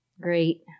great